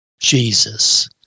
Jesus